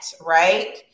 Right